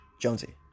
Jonesy